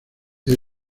fue